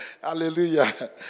hallelujah